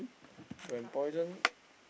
when poison